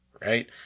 right